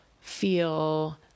feel